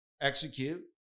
execute